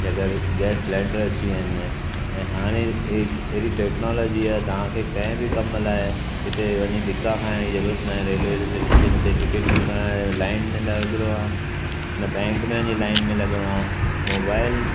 की अगरि gas cylinder अची विया आहिनि ऐं हाणे ए अहिड़ी टैक्नोलॉजी आहे तव्हां खे कै बि कम लाइ हिते वञी धिका खाइण जी ज़रूरत नाहे रेलवे स्टेशन ते टिकट बुक कराइणु लाइन ते न लॻणो आहे न बैंक में वञी लाइन में लॻणो आहे मोबाइल